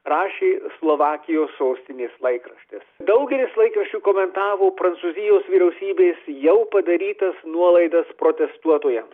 rašė slovakijos sostinės laikraštis daugelis laikraščių komentavo prancūzijos vyriausybės jau padarytas nuolaidas protestuotojams